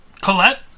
Colette